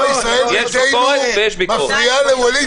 יש ביקורת ויש ביקורת.